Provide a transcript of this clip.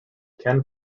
ken